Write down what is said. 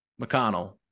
McConnell